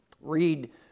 Read